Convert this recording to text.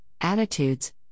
attitudes